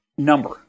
Number